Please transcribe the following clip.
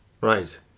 right